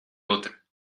outra